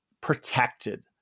protected